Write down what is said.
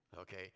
Okay